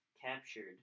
captured